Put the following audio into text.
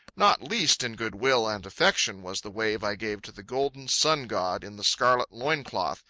not least in goodwill and affection was the wave i gave to the golden sun-god in the scarlet loin-cloth,